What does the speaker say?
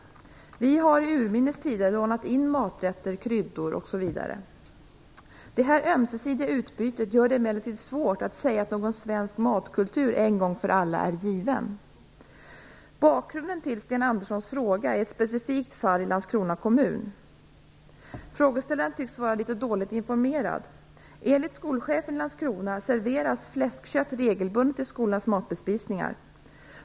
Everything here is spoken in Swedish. Vi har sedan urminnes tider lånat in maträtter, kryddor osv. Det här ömsesidiga utbytet gör det emellertid svårt att säga att någon svensk matkultur en gång för alla är given. Bakgrunden till Sten Anderssons fråga är ett specifikt fall i Landskrona kommun. Frågeställaren tycks vara litet dåligt informerad. Enligt skolchefen i Landskrona serveras fläskkött regelbundet på skolornas matbespisningar.